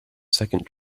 second